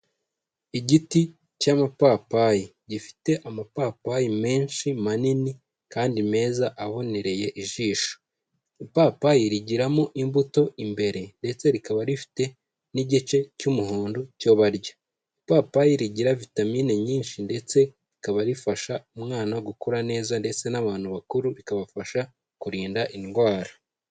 Igiti cy'amapapayi gifite amapapayi menshi manini kandi meza abonereye ijisho. Ipapayi rigiramo imbuto imbere ndetse rikaba rifite n'igice cy'umuhondo cyo barya. Ipapayi rigira vitamine nyinshi ndetse rikaba rifasha umwana gukura neza ndetse n'abantu bakuru bikabafasha kurinda indwara.